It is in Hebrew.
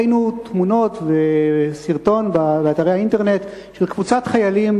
ראינו באתרי האינטרנט תמונות וסרטון של קבוצת חיילים